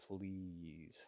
please